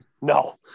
No